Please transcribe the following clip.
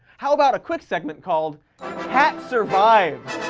how about a quick segment called cat survives!